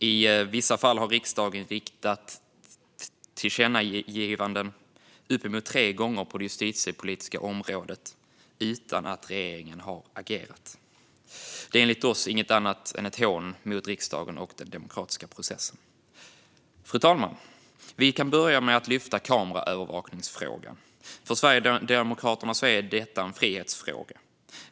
I vissa fall har riksdagen riktat tillkännagivanden uppemot tre gånger på det justitiepolitiska området utan att regeringen har agerat. Det är enligt oss inget annat än ett hån mot riksdagen och den demokratiska processen. Fru talman! Vi kan börja med att lyfta upp kameraövervakningsfrågan. För Sverigedemokraterna är detta en frihetsfråga.